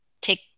take